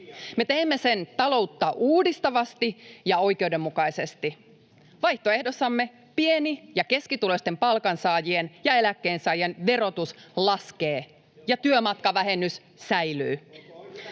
Teemme sen taloutta uudistavasti ja oikeudenmukaisesti. Vaihtoehdossamme pieni- ja keskituloisten palkansaajien ja eläkkeensaajien verotus laskee ja työmatkavähennys säilyy.